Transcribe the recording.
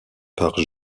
par